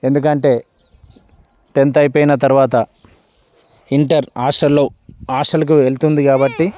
ఎందుకంటే టెన్త్ అయిపోయిన తర్వాత ఇంటర్ హాస్టల్లో హాస్టల్కు వెళ్తుంది కాబట్టి